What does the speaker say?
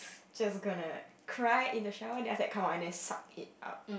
just gonna cry in the shower and then after that come out and then suck it up